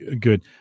good